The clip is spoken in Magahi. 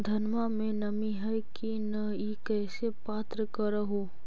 धनमा मे नमी है की न ई कैसे पात्र कर हू?